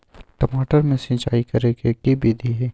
टमाटर में सिचाई करे के की विधि हई?